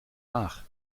laag